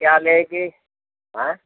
क्या लेंगी हाँ